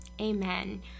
amen